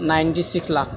ninety six lakh